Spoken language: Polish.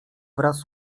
wraz